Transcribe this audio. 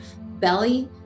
belly